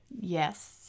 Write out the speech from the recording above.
Yes